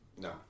No